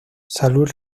salud